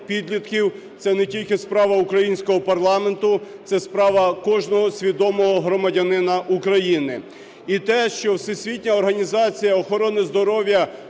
це не тільки справа українського парламенту, це справа кожного свідомого громадянина України. І те, що Всесвітня організація охорони здоров'я